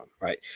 right